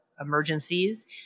emergencies